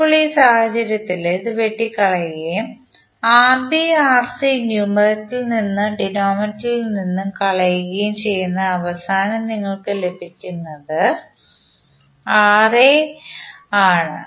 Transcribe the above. ഇപ്പോൾ ഈ സാഹചര്യത്തിൽ ഇത് വെട്ടിക്കളയുകയും Rb Rc ന്യൂമറേറ്ററിൽ നിന്നും ഡിനോമിനേറ്ററിൽ നിന്നും കളയുകയും ചെയ്യുന്നു അവസാനം നിങ്ങൾക്ക് ലഭിക്കുന്നത് Ra ആണ്